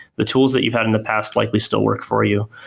the tools that you've had in the past likely still work for you.